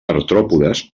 artròpodes